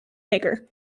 maker